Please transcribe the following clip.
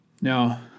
Now